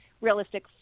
realistic